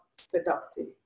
seductive